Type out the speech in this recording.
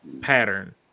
pattern